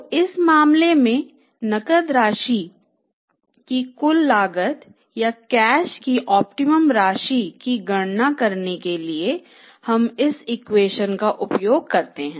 तो इस मामले में नकद राशि की कुल लागत या कैश की ऑप्टिमम राशि की गणना करने के लिए हम इस इक्वेशन का उपयोग करते हैं